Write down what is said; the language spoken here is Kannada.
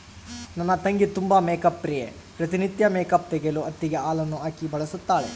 ನನ್ನ ತಂಗಿ ತುಂಬಾ ಮೇಕ್ಅಪ್ ಪ್ರಿಯೆ, ಪ್ರತಿ ನಿತ್ಯ ಮೇಕ್ಅಪ್ ತೆಗೆಯಲು ಹತ್ತಿಗೆ ಹಾಲನ್ನು ಹಾಕಿ ಬಳಸುತ್ತಾಳೆ